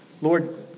Lord